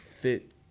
fit